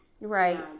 Right